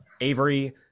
avery